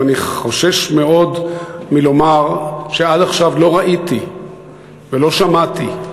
אבל אני חושש מאוד לומר שעד עכשיו לא ראיתי ולא שמעתי,